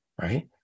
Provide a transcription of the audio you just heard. right